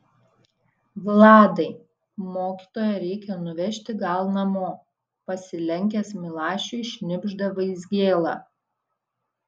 vladai mokytoją reikia nuvežti gal namo pasilenkęs milašiui šnibžda vaizgėla